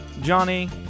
Johnny